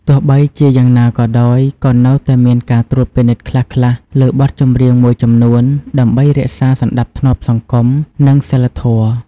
ទោះបីជាយ៉ាងណាក៏ដោយ ក៏នៅតែមានការត្រួតពិនិត្យខ្លះៗលើបទចម្រៀងមួយចំនួន ដើម្បីរក្សាសណ្ដាប់ធ្នាប់សង្គម និងសីលធម៌។